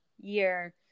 year